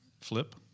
Flip